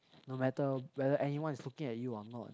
no matter whether anyone is looking at you or not